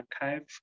archive